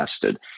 tested